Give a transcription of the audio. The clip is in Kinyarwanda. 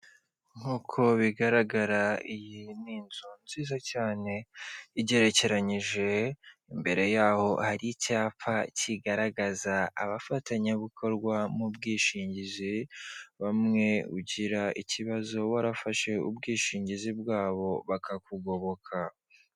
Nk'uko bigaragara iyi ni inzu nziza cyane igerekeranyije, imbere yaho hari icyapa kigaragaza abafatanyabikorwa mu bwishingizi bamwe ugira ikibazo warafashe ubwishingizi bwabo bakakugoboka.